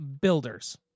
builders